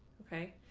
ok,